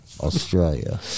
Australia